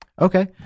Okay